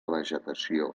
vegetació